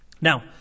Now